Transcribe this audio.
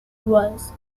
was